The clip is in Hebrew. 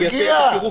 שתייתר את הטירוף הזה.